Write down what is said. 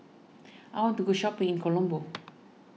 I want to go shopping in Colombo